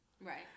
Right